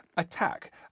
attack